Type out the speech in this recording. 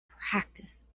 practice